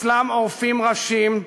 אצלם עורפים ראשים,